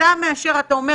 אם הבנו נכון,